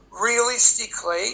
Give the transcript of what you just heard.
realistically